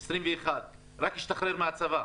21, רק השתחרר מהצבא.